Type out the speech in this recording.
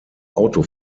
auto